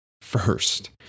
first